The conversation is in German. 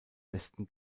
westen